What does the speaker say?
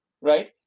right